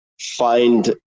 find